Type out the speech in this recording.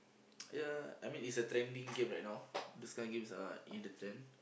ya I mean it's a trending game right now these kinds of games are in the trend